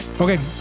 Okay